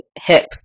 hip